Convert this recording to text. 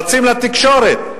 רצים לתקשורת.